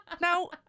Now